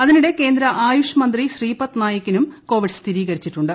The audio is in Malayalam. അതിനിടെ കേന്ദ്ര ആയുഷ് മന്ത്രി ശ്രീപദ് നായിക്കിനും കോവിഡ് സ്ഥിരീകരിച്ചിട്ടുണ്ട്